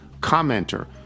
Commenter